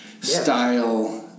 style